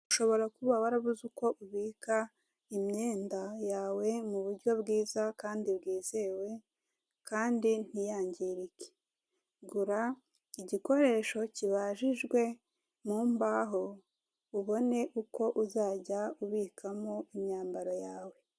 Ushobora kuba warabuze uko ubika imyenda yawe mu buryo bwiza kandi bwizewe kandi ntiyangirike gura igikoresho kibajijwe mu mbaho ubone uko uzajya ubikamo imyambaro yawe.